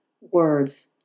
words